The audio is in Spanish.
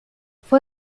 fue